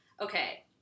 Okay